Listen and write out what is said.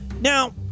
Now